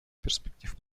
перспектив